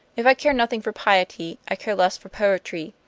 if i care nothing for piety, i care less for poetry.